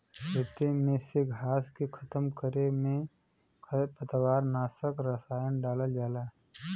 खेते में से घास के खतम करे में खरपतवार नाशक रसायन डालल जाला